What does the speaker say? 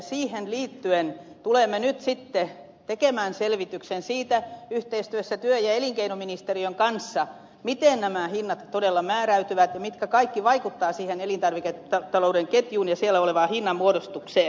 siihen liittyen tulemme nyt sitten tekemään selvityksen yhteistyössä työ ja elinkeinoministeriön kanssa siitä miten nämä hinnat todella määräytyvät ja mikä kaikki vaikuttaa siihen elintarviketalouden ketjuun ja siellä olevaan hinnanmuodostukseen